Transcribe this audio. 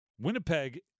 Winnipeg